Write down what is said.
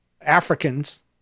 Africans